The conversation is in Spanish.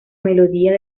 melodía